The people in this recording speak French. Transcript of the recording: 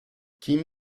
kim